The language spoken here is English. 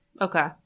Okay